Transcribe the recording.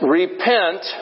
repent